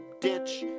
ditch